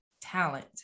talent